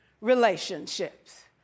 relationships